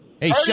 Hey